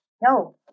No